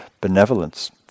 benevolence